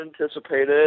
anticipated